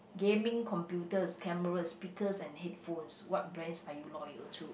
gaming computers cameras speakers and headphones what brands are you loyal to